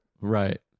Right